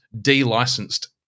de-licensed